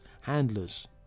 handlers